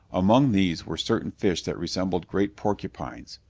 among these were certain fish that resembled great porcupines.